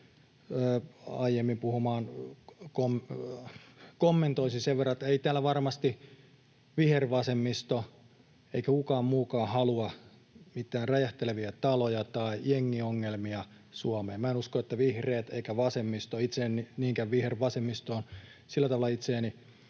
aiemmin puhumaan kommentoisin sen verran, että ei täällä varmasti vihervasemmisto eikä kukaan muukaan halua mitään räjähteleviä taloja tai jengiongelmia Suomeen. Minä en usko, että vihreät tai vasemmisto — itse en niinkään vihervasemmistoon sillä tavalla itseäni